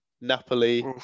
Napoli